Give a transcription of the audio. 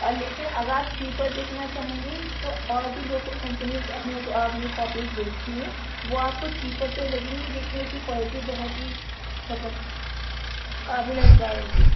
اور لیکن اگر آپ چیپر دیکھنا چاہیں گے تو اور بھی لوکل کمپنز اپنی کاپیز بیچتی ہیں وہ آپ کو چیپر تو لگیں گے لیکن اس کی کوالٹی بہت ہی مطلب قابلِ اعتبار ہوگی